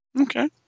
Okay